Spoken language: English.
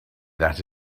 that